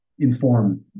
inform